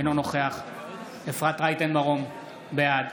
אינו נוכח אפרת רייטן מרום, בעד